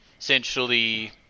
essentially